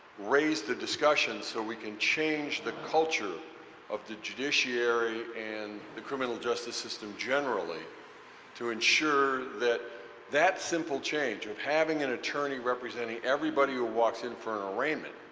raise the discussion so that we can change the culture of the judiciary and the criminal justice system generally to ensure that that simple change of having an attorney representing everybody that watson for an arraignment,